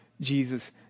Jesus